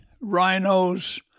rhinos